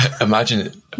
Imagine